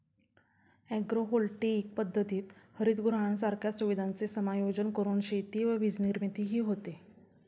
agrovoltaic पद्धतीत हरितगृहांसारख्या सुविधांचे समायोजन करून शेती व वीजनिर्मितीही होते